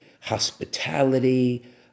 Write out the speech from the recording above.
hospitality